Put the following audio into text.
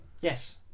Yes